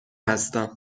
هستم